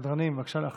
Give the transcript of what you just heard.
בבקשה, אדוני.